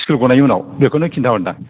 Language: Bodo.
स्कुल गनायनि उनाव बेखौनो खिन्था हरदां